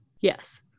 yes